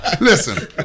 Listen